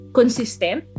consistent